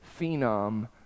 phenom